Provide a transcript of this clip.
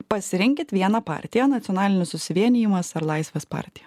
pasirinkit vieną partija nacionalinis susivienijimas ar laisvės partija